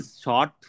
short